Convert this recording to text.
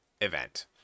event